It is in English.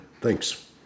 Thanks